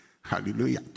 Hallelujah